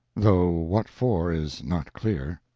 though what for is not clear.